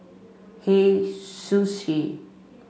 Hei Sushi